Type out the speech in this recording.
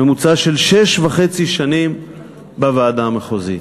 ממוצע של שש וחצי שנים בוועדה המחוזית.